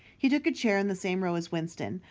he took a chair in the same row as winston,